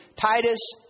Titus